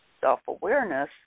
self-awareness